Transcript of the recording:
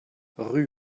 rue